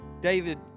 David